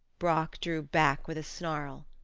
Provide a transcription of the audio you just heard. brock drew back with a snarl.